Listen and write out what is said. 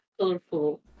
colorful